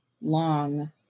long